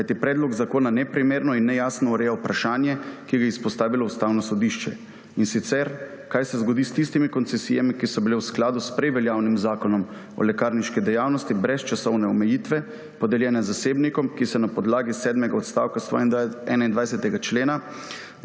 kajti predlog zakona neprimerno in nejasno ureja vprašanje, ki ga je izpostavilo Ustavno sodišče, in sicer, kaj se zgodi s tistimi koncesijami, ki so bile v skladu s prej veljavnim Zakonom o lekarniški dejavnosti brez časovne omejitve podeljene zasebnikom, ki se na podlagi sedmega odstavka 121. člena